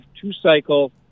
two-cycle